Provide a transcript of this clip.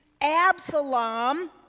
Absalom